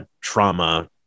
trauma